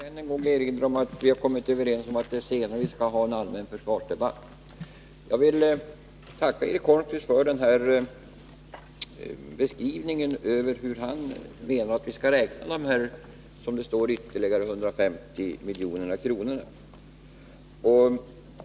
Fru talman! Jag vill ännu en gång erinra om att vi senare skall ha en allmän försvarsdebatt. Jag vill tacka Eric Holmqvist för hans beskrivning av hur han menar att vi skall räkna dessa, ytterligare 150 milj.kr.